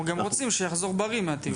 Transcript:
ואנחנו רוצים שהתלמיד יחזור בריא מהטיול.